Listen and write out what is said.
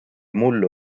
mullu